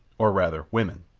or rather women,